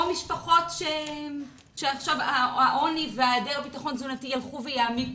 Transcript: או משפחות שהעוני והיעדר הביטחון התזונתי ילכו ויעמיקו,